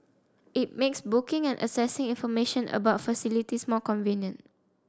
it makes booking and accessing information about facilities more convenient